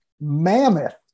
mammoth